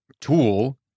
tool